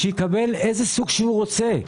שיקבל איזה סוג שהוא רוצה.